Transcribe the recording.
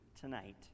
tonight